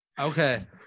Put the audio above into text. Okay